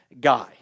guy